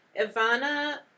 Ivana